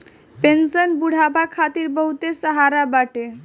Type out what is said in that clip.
pension बुढ़ापा खातिर बहुते सहारा बाटे